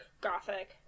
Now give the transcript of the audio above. gothic